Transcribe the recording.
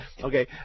Okay